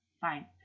fine